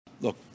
Look